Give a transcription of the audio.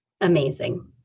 amazing